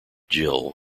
jill